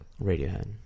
Radiohead